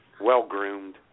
Well-groomed